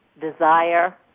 desire